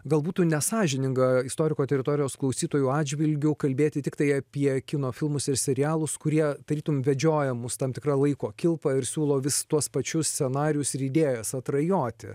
gal būtų nesąžininga istoriko teritorijos klausytojų atžvilgiu kalbėti tiktai apie kino filmus ir serialus kurie tarytum vedžioja mus tam tikra laiko kilpa ir siūlo vis tuos pačius scenarijus ir idėjas atrajoti